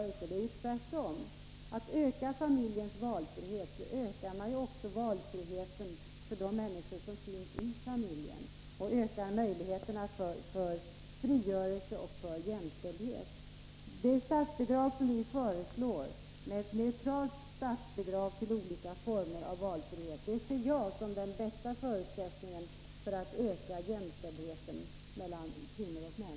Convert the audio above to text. Det förhåller sig ju tvärtom: Ökar man familjens valfrihet, så ökar man också valfriheten för de människor som finns i familjen, och man ökar möjligheterna till frigörelse och jämställdhet. Det statsbidrag som vi föreslår — ett neutralt statsbidrag till olika former av barnomsorg — ser jag som den bästa förutsättningen för att öka jämställdheten mellan kvinnor och män.